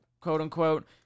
quote-unquote